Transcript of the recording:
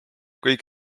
kõik